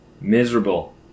Miserable